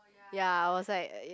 ya I was like